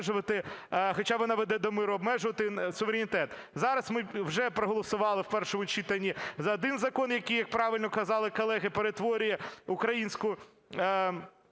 хоча вона веде до миру, обмежувати суверенітет. Зараз ми вже проголосували в першому читанні за один закон, який, як правильно казали колеги, перетворює українську